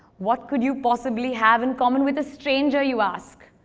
what could you possibly have in common with a stranger you ask?